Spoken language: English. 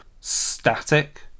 static